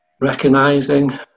recognizing